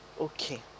Okay